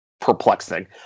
perplexing